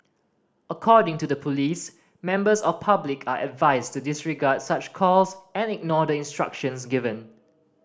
according to the police members of public are advised to disregard such calls and ignore the instructions given